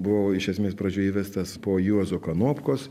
buvau iš esmės pradžioj įvestas po juozo kanopkos